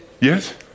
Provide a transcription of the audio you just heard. Yes